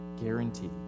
guaranteed